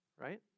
right